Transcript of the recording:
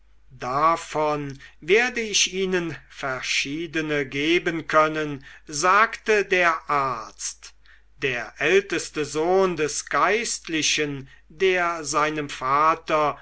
davon werde ich ihnen verschiedene geben können sagte der arzt der älteste sohn des geistlichen der seinem vater